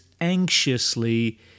anxiously